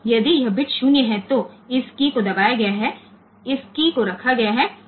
यदि यह बिट 0 है तो इस कीय को दबाया गया है इस कीय को रखा गया है